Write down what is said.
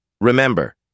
Remember